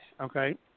okay